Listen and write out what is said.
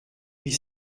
huit